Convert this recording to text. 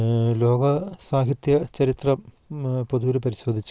ലോക സാഹിത്യ ചരിത്രം പൊതുവിൽ പരിശോധിച്ചാൽ